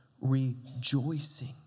rejoicing